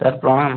sir ପ୍ରଣାମ